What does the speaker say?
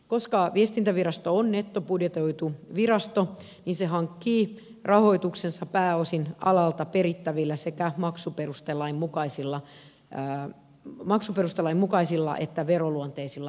koska viestintävirasto on nettobudjetoitu virasto se hankkii rahoituksensa pääosin alalta perittävillä sekä maksuperustelain mukaisilla että veroluonteisilla maksuilla